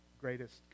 greatest